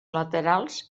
laterals